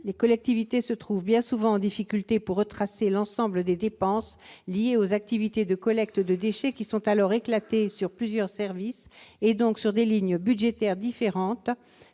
Les collectivités se trouvent bien souvent en difficulté pour retracer l'ensemble des dépenses liées aux activités de collecte de déchets, qui sont éclatées sur plusieurs services et, donc, sur des lignes budgétaires différentes.